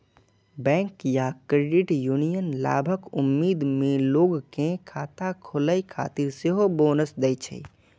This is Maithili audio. बैंक या क्रेडिट यूनियन लाभक उम्मीद मे लोग कें खाता खोलै खातिर सेहो बोनस दै छै